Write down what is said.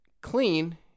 clean